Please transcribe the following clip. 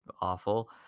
awful